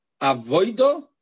Avoido